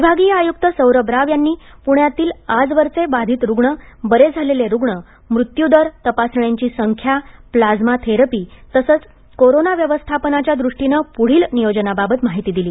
विभागीय आयुक्त सौरभ राव यांनी पुण्यातील आजवरचे बाधित रुग्ण बरे झालेले रुग्ण मृत्यू दर तपासण्यांची संख्या प्लाझ्मा थेरपी तसेच कोरोना व्यवस्थापनाच्या दृष्टीने पूढील नियोजनाबाबत माहिती दिली